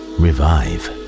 revive